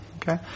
Okay